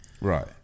Right